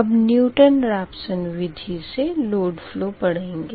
अब Newton Raphson विधि से लोड फ़लो पढ़ेंगे